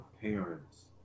parents